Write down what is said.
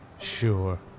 Sure